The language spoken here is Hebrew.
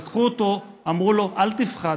הם לקחו אותו ואמרו לו: אל תפחד.